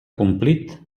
complit